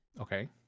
Okay